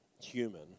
human